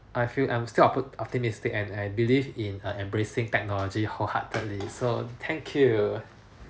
I feel I'm still output optimistic and I believe in err embracing technology wholeheartedly so thank you